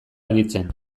aditzen